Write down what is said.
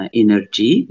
energy